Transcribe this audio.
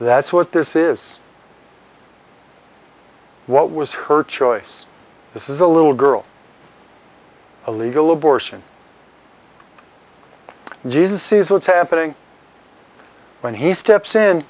that's what this is what was her choice this is a little girl a legal abortion jesus sees what's happening when he steps in